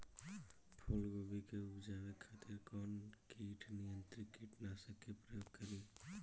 फुलगोबि के उपजावे खातिर कौन कीट नियंत्री कीटनाशक के प्रयोग करी?